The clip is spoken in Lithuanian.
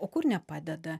o kur nepadeda